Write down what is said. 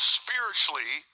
spiritually